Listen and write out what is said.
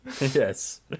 Yes